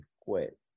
Quit